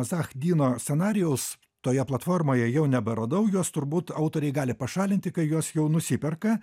zach dyno scenarijaus toje platformoje jau neberadau juos turbūt autoriai gali pašalinti kai juos jau nusiperka